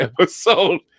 episode